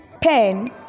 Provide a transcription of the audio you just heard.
pen